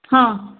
ಹಾಂ